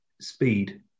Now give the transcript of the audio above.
speed